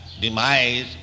demise